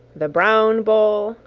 the browne bowle,